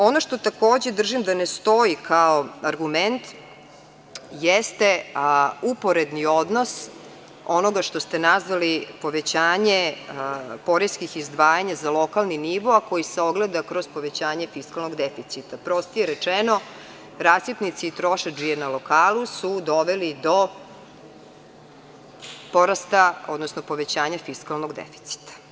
Ono što, takođe, držim da ne stoji kao argument jeste uporedni odnos onoga što ste nazvali povećanje poreskih izdvajanja za lokalni nivo, a koji se ogleda kroz povećanje fiskalnog deficita, prostije rečeno, rasipnici i trošadžije na lokalu su doveli do porasta, odnosno povećanja fiskalnog deficita.